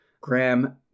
Graham